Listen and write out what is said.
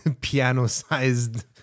piano-sized